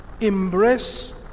embrace